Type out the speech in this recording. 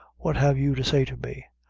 what have you to say to me?